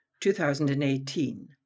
2018